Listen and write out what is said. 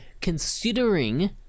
considering